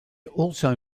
also